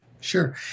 Sure